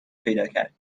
پیداکرد